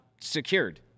secured